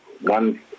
one